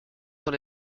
dans